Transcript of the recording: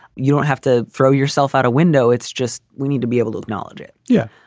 you don't have to throw yourself out a window. it's just we need to be able to acknowledge it. yeah.